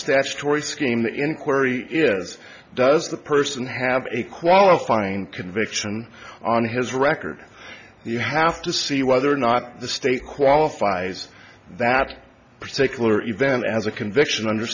statutory scheme the inquiry is does the person have a qualifying conviction on his record you have to see whether or not the state qualifies that particular event as a conviction under